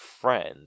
friend